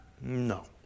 No